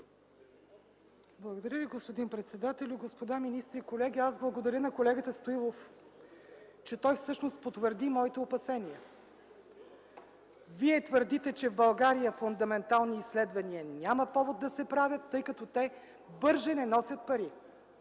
Благодаря Ви, господин председателю. Господа министри, колеги! Благодаря на колегата Стоилов, че той всъщност потвърди моите опасения. Вие твърдите, че в България фундаментални изследвания няма повод да се правят, тъй като те не носят бързо